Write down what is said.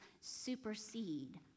supersede